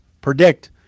predict